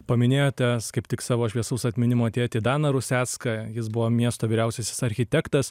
paminėjote kaip tik savo šviesaus atminimo tėtį daną rusecką jis buvo miesto vyriausiasis architektas